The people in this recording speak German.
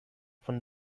von